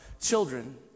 children